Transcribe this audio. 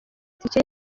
itike